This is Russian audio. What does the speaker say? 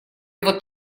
вот